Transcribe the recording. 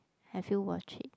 have you watch it